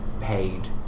paid